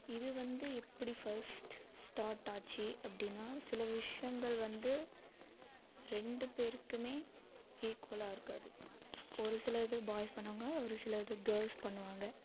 இது வந்து எப்படி ஃபர்ஸ்ட் ஸ்டாட்டாச்சு அப்படினா சில விஷயங்கள் வந்து ரெண்டு பேருக்குமே ஈக்குவலாக இருக்காது ஒரு சிலது பாய்ஸ் பண்ணுவாங்க ஒரு சிலது கேர்ள்ஸ் பண்ணுவாங்க